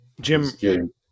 Jim